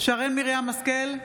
שרן מרים השכל,